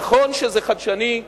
נכון שזה חדשני,